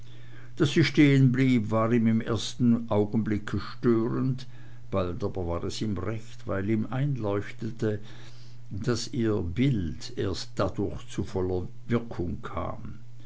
daß sie stehen blieb war ihm im ersten augenblicke störend bald aber war es ihm recht weil ihm einleuchtete daß ihr bild erst dadurch zu voller wirkung kam